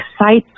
excites